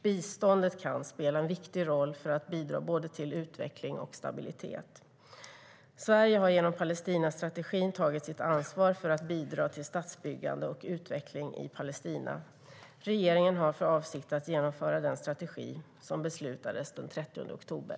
Biståndet kan spela en viktig roll för att bidra till både utveckling och stabilitet. Sverige har genom Palestinastrategin tagit sitt ansvar för att bidra till statsbyggande och utveckling i Palestina. Regeringen har för avsikt att genomföra den strategi som beslutades den 30 oktober.